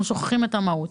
אנחנו שוכחים את המהות.